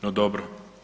No, dobro.